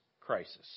crisis